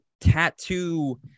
tattoo